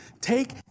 take